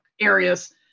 areas